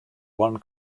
one